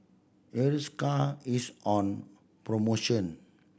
Hiruscar is on promotion